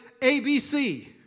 ABC